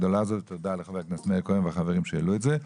תודה לחבר הכנסת מאיר כהן והחברים שהעלו את זה.